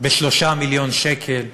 ב-3 מיליון שקל?